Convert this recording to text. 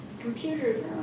computers